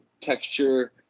texture